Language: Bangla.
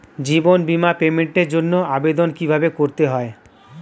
জীবন বীমার পেমেন্টের জন্য আবেদন কিভাবে করতে হয়?